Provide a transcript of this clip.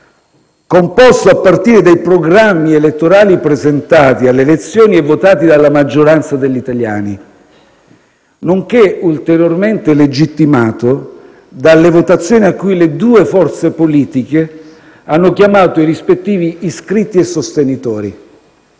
composto a partire dai programmi elettorali presentati alle elezioni e votati dalla maggioranza degli italiani, nonché ulteriormente legittimato dalle votazioni a cui le due forze politiche hanno chiamato i rispettivi iscritti e sostenitori.